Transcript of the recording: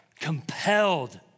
compelled